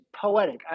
poetic